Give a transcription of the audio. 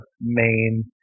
main